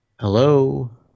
Hello